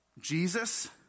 Jesus